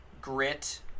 grit